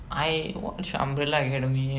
I watch umbrella academy